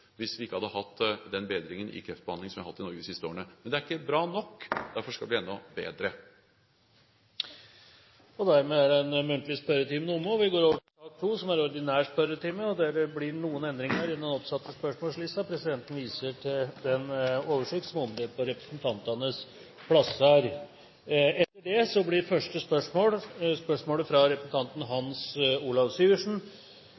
hvis vi ikke hadde hatt den bedringen i kreftbehandling som vi har hatt i Norge de siste årene. Men det er ikke bra nok, og derfor skal vi bli enda bedre. Dermed er den muntlige spørretimen omme, og vi går over til den ordinære spørretimen. Det blir noen endringer i den oppsatte spørsmålslisten. Presidenten viser i den sammenheng til den oversikten som er omdelt på representantenes plasser. De foreslåtte endringer i den ordinære spørretimen foreslås godkjent. – Det